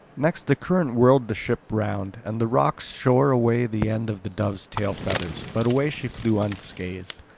next the current whirled the ship round. and the rocks shore away the end of the dove's tail-feathers but away she flew unscathed.